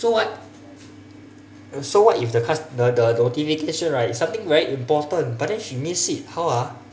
so what so what if the cust~ the the notification right something very important but then she miss it how ah